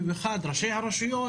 במיוחד ראשי הרשויות,